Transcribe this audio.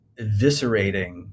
eviscerating